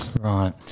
Right